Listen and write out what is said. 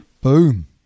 boom